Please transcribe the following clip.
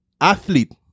athlete